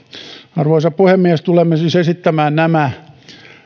arvoisa puhemies tulemme siis esittämään nämä